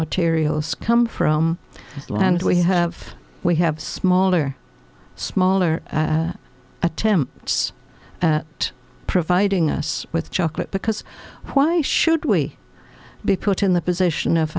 materials come from the land we have we have small or small or attempts at providing us with chocolate because why should we be put in the position of